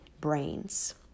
brains